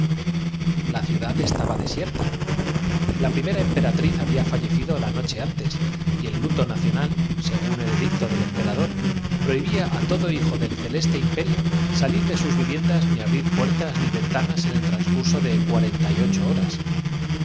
la ciudad estaba desierta la primera emperatriz maltaban los cortinajes que cubrían las puertas había fallecido la noche antes y el luto nacional según las más hermosas mujeres así de la clase mandari el edicto del emperador prohibía á todo hijo del ce na como de la plebe lo habitaban con más de diez mil leste imperio salir de sus viviendas ni abrir puertas ni personas que entre astrólogos y artistas formaban el ventanas en el transcurso de cuarenta y ocho horas